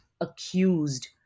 accused